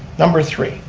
number three,